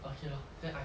okay lor then I